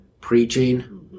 preaching